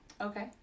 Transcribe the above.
Okay